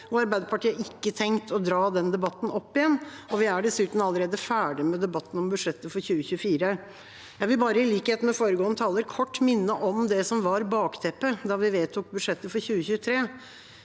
Arbeiderpartiet har ikke tenkt å dra den debatten opp igjen. Vi er dessuten allerede ferdig med debatten om budsjettet for 2024. Jeg vil bare – i likhet med foregående taler – kort minne om det som var bakteppet da vi vedtok budsjettet for 2023.